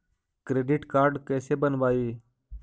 Credit card कैसे बनवाई?